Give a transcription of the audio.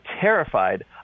terrified